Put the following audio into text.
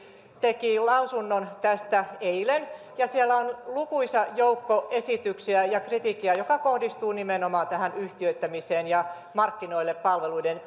teki lausunnon tästä eilen ja siinä on lukuisa joukko esityksiä ja kritiikkiä joka kohdistuu nimenomaan yhtiöittämiseen ja palveluiden